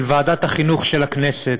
של ועדת החינוך של הכנסת,